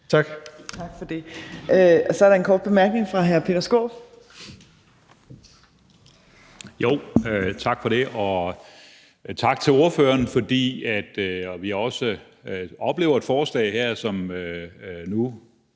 Torp): Tak for det. Og så er der en kort bemærkning fra hr. Peter Skaarup. Kl. 14:05 Peter Skaarup (DF): Tak for det. Og tak til ordføreren, fordi vi også oplever et forslag her, som vi